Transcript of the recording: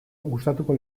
gustatuko